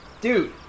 Dude